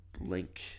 link